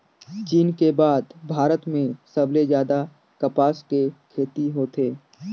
चीन के बाद भारत में सबले जादा कपसा के खेती होथे